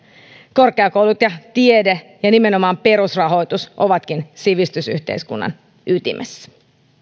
korkeakoulut ja tiede ja nimenomaan perusrahoitus ovatkin sivistysyhteiskunnan ytimessä